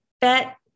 bet